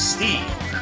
Steve